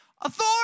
authority